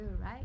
right